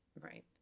Right